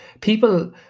people